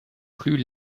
plus